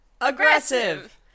Aggressive